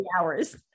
hours